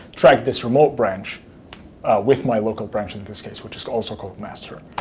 track this remote branch with my local branch, in this case, which is also called master.